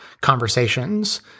conversations